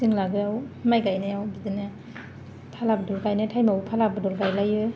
जों लागोआव माइ गायनायाव बिदिनो फाला बदल गायनाय टाइमाव फाला बदल गायलायो